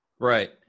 Right